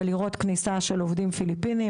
ולראות כניסה של עובדים פיליפינים,